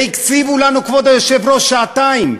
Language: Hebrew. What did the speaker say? והקציבו לנו, כבוד היושב-ראש, שעתיים.